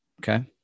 Okay